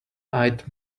eyed